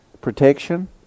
Protection